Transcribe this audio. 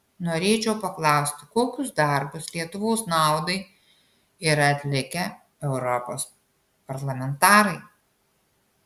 norėčiau paklausti kokius darbus lietuvos naudai yra atlikę europos parlamentarai